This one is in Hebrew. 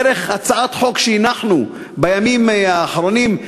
דרך הצעת חוק שהנחנו בימים האחרונים,